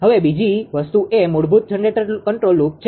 હવે બીજી વસ્તુ એ મૂળભૂત જનરેટર કંટ્રોલ લૂપ છે